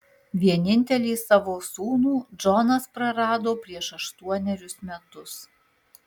vienintelį savo sūnų džonas prarado prieš aštuonerius metus